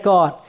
God